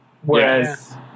Whereas